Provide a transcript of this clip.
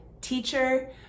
teacher